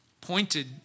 pointed